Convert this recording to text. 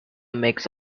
mix